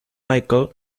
michael